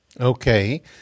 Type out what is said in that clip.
Okay